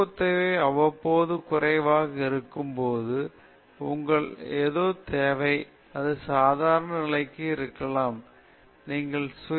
ஊக்கத்தொகை அவ்வப்போது குறைவாக இருக்கும் போது உங்களுக்கு ஏதோ தேவை அது சாதாரண நிலைக்கு திரும்பும் பின்னர் நீங்கள் தொடர்ந்து உந்துதல் பெற வேண்டும் மற்றும் நீங்கள் பெற வேண்டும்